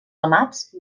ramats